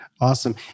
awesome